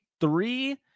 three